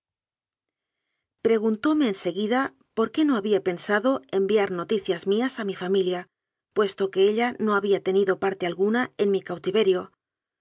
en seguida por qué no había pen sado enviar noticias mías a mi familia puesto que ella no había tenido parte alguna en mi cautive